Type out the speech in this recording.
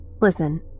Listen